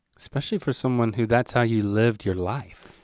especially for someone who that's how you lived your life.